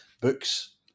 Books